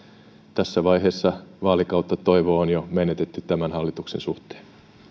tässä vaiheessa vaalikautta toivo on jo menetetty tämän hallituksen suhteen